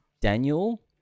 Daniel